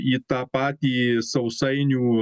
į tą patį sausainių